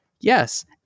yes